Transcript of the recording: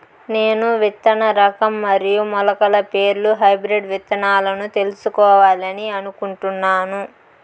నేను విత్తన రకం మరియు మొలకల పేర్లు హైబ్రిడ్ విత్తనాలను తెలుసుకోవాలని అనుకుంటున్నాను?